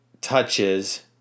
touches